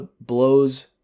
blows